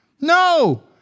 No